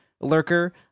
lurker